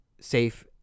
safe